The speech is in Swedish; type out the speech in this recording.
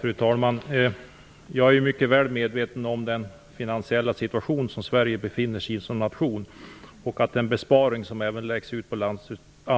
Fru talman! Jag är mycket väl medveten om den finansiella situation som Sverige som nation befinner sig i och att även den besparing som läggs ut på